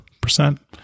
percent